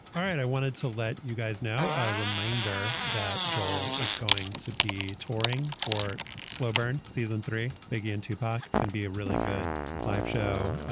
all right. i wanted to let you guys know. a reminder that joel is going to be touring for slow burn season three, begin to pack. it's going to be a really good five show,